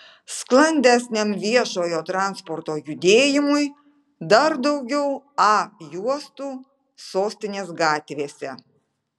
sklandesniam viešojo transporto judėjimui dar daugiau a juostų sostinės gatvėse